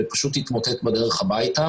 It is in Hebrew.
ופשוט התמוטט בדרך הביתה.